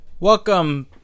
Welcome